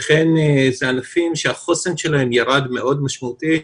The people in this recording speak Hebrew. וכן, זה ענפים שהחוסן שלהם ירד מאוד משמעותית,